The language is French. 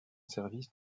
service